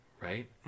right